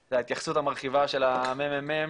את ההתייחסות המרחיבה של הממ"מ